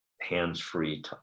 Hands-free